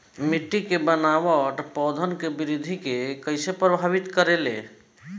मिट्टी के बनावट पौधन के वृद्धि के कइसे प्रभावित करे ले?